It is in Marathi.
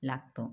लागतो